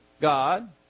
God